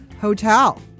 hotel